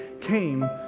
came